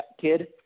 kid